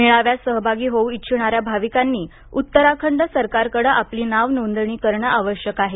मेळ्यात सहभागी होऊ इच्छिणाऱ्या भाविकांनी उतराखंड सरकार कडं आपली नाव नोंदणी करणं आवशयक आहे